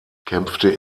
kämpfte